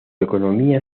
economía